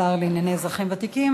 השר לענייני אזרחים ותיקים.